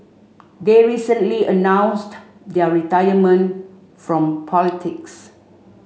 they recently announced their retirement from politics